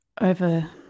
over